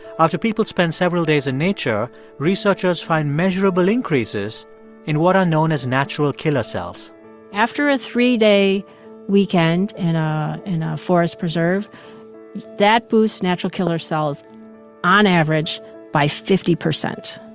after people spend several days in nature, researchers find measurable increases in what are known as natural killer cells after a three-day weekend in ah in a forest preserve that boosts natural killer cells on average by fifty percent.